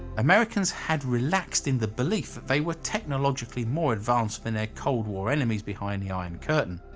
americans had relaxed in the belief that they were technologically more advanced than their cold war enemies behind the iron curtain,